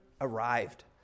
arrived